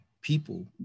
people